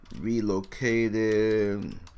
relocated